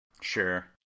Sure